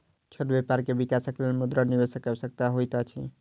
छोट व्यापार के विकासक लेल मुद्रा निवेशकक आवश्यकता होइत अछि